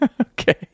Okay